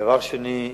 דבר שני,